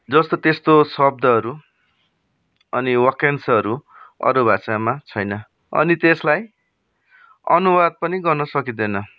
जस्तो त्यस्तो शब्दहरू अन् वाक्यांशहरू अरू भाषामा छैन अनि त्यसलाई अनुवाद पनि गर्न सकिँदैन